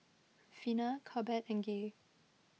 Vina Corbett and Gaye